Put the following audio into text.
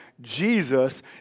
Jesus